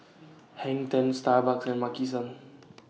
Hang ten Starbucks and Maki San